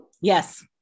Yes